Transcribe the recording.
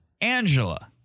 Angela